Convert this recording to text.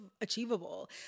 achievable